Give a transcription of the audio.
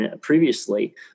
previously